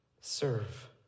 Serve